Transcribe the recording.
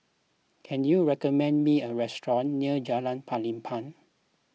can you recommend me a restaurant near Jalan Pelepah